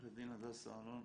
הדס ארנון-שרעבי.